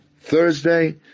Thursday